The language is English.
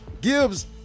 Gibbs